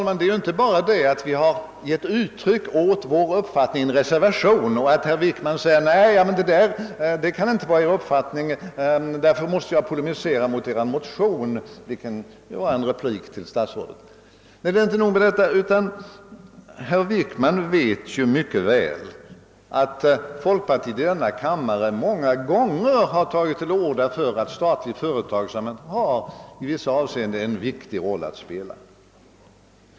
Men det är inte bara detta att vi givit uttryck åt vår uppfattning i en reservation och att herr Wickman sedan säger: Nej, det där kan inte vara er uppfattning och därför måste jag polemisera mot er motion. Herr Wickman vet dock mycket väl att folkpartiet i denna kammare många gånger framhållit att statlig företagsamhet i vissa avseenden har en viktig roll att spela.